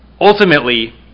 ultimately